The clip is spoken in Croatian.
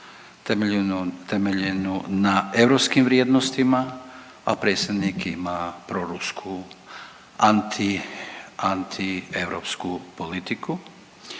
temeljenu na europskim vrijednostima, a predsjednik ima prorusku, anti, antieuropsku politiku